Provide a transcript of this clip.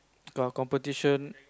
to our competition